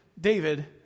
David